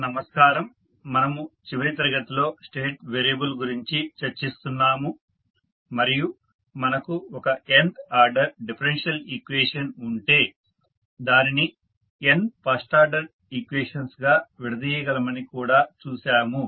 నమస్కారం మనము చివరి తరగతిలో స్టేట్ వేరియబుల్ గురించి చర్చిస్తున్నాము మరియు మనకు ఒక n ఆర్డర్ డిఫరెన్షియల్ ఈక్వేషన్ ఉంటే దానిని n ఫస్ట్ ఆర్డర్ ఈక్వేషన్స్ గా విడదీయగలమని కూడా చూశాము